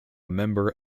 member